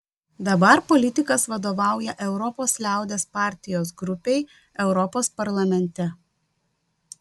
dabar politikas vadovauja europos liaudies partijos grupei europos parlamente